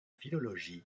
philologie